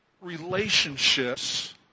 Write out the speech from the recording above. relationships